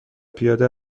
پیاده